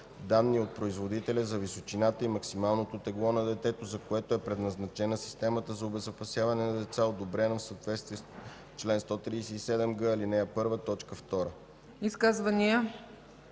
данни от производителя за височината и максималното тегло на детето, за което е предназначена системата за обезопасяване на деца, одобрена в съответствие с чл. 137г, ал. 1, т.